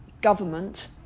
government